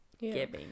giving